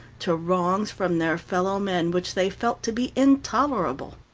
to wrongs from their fellowmen, which they felt to be intolerable.